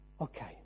Okay